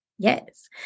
Yes